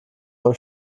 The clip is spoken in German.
beim